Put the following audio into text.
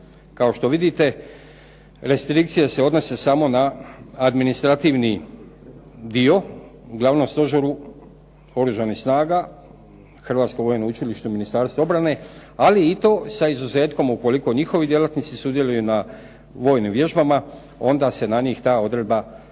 Kao što vidite, restrikcije se odnose samo na administrativni dio, u Glavnom stožeru Oružanih snaga, Hrvatsko vojno učilište u Ministarstvu obrane, ali i to sa izuzetkom ukoliko njihovi djelatnici sudjeluju na vojnim vježbama onda se na njih ta odredba